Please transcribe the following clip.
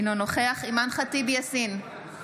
אינו נוכח אימאן ח'טיב יאסין,